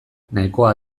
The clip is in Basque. nahikoa